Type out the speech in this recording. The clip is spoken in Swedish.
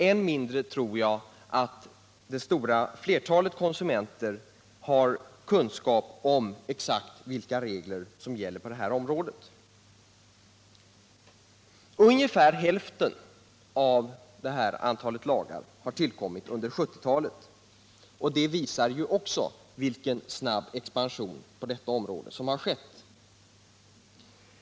Än mindre tror jag det stora flertalet konsumenter har kunskap om exakt vilka regler som gäller på det här området. Ungefär hälften av dessa lagar har tillkommit under 1970-talet. Det visar också vilken snabb expansion som har skett på detta område.